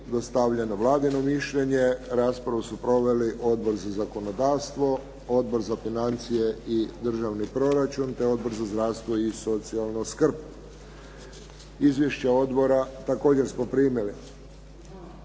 dostavljeno Vladino mišljenje. Raspravu su proveli Odbor za zakonodavstvo, Odbor za financije i državni proračun te Odbor za zdravstvo i socijalnu skrb. Izvješća odbora također smo primili.